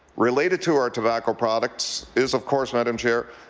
related to our tobacco products is, of course, madam chair,